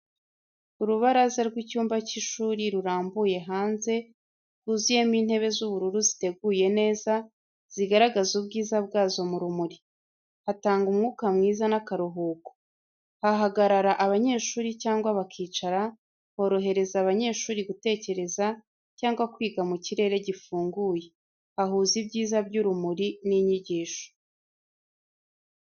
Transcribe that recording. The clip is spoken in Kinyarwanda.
Urubaraza rw'icyumba cy’ishuri rurambuye hanze, rwuzuyemo intebe z’ubururu ziteguye neza, zigaragaza ubwiza bwazo mu rumuri. Hatanga umwuka mwiza n’akaruhuko, hahagarara abanyeshuri cyangwa bakicara, horohereza abanyeshuri gutekereza, cyangwa kwiga mu kirere gifunguye. Hahuza ibyiza by'urumuri n’inyigisho.